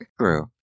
True